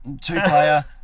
two-player